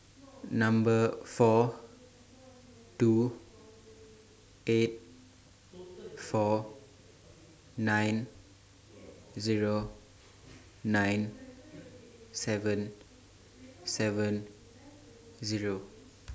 Number four two eight four nine Zero nine seven seven Zero